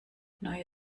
neue